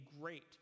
great